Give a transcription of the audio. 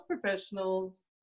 professionals